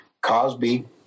Cosby